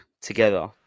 together